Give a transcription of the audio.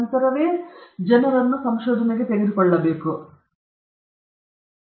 ವಿಷಯದ ಅನುಮತಿ ಅಥವಾ ಒಪ್ಪಿಗೆ ನಂತರ ಮಾನವ ವಿಷಯಗಳ ಸಂಶೋಧನೆಗೆ ಆದ್ದರಿಂದ ಕೇಂದ್ರವಾಗಿದೆ